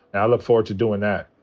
ah look forward to doin' that.